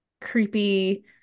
creepy